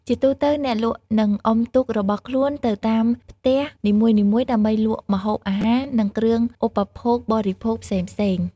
ជាទូទៅអ្នកលក់នឹងអុំទូករបស់ខ្លួនទៅតាមផ្ទះនីមួយៗដើម្បីលក់ម្ហូបអាហារ និងគ្រឿងឧបភោគបរិភោគផ្សេងៗ។